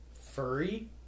Furry